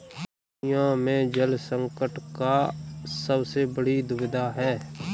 दुनिया में जल संकट का सबसे बड़ी दुविधा है